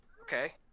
Okay